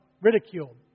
ridiculed